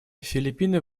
филиппины